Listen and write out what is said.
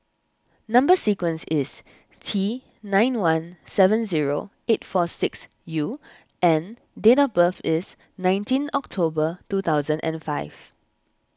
Number Sequence is T nine one seven zero eight four six U and date of birth is nineteen October two thousand and five